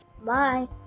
Bye